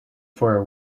for